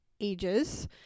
ages